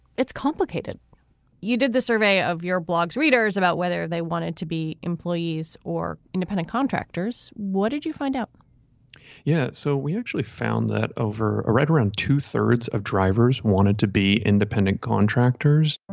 it's complicated you did the survey of your blog's readers about whether they wanted to be employees or independent contractors. what did you find out yeah. so we actually found that over a read around two thirds of drivers wanted to be independent contractors